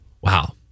Wow